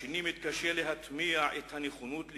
השני מתקשה להטמיע את הנכונות לקבל,